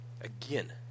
Again